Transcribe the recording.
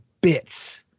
bits